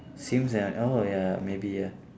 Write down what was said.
sims avenue oh ya maybe ya